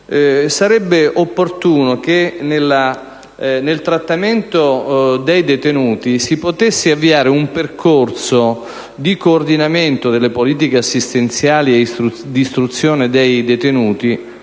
sarebbe opportuno che nel trattamento dei detenuti si potesse avviare un percorso di coordinamento delle politiche assistenziali e di istruzione dei detenuti